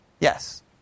Yes